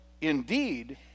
indeed